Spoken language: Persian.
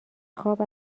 خواب